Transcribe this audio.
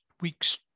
week's